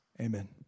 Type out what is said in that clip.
amen